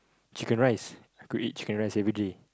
chicken rice I could eat chicken rice everyday